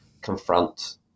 confront